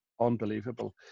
unbelievable